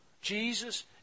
Jesus